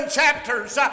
chapters